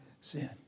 sin